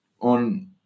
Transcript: on